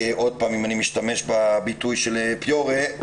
אם אני משתמש שוב בביטוי של פיורה,